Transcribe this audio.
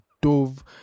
dove